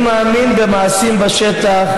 אני מאמין במעשים בשטח.